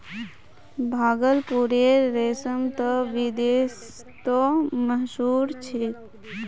भागलपुरेर रेशम त विदेशतो मशहूर छेक